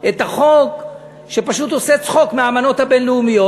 את החוק שפשוט עושה צחוק מהאמנות הבין-לאומיות,